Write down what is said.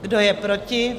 Kdo je proti?